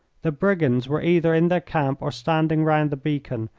the brigands were either in their camp or standing round the beacon,